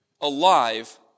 Alive